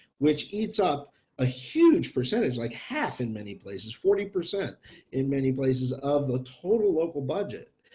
which eats up a huge percentage like half in many places forty percent in many places of the total local budget.